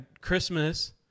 Christmas